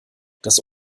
das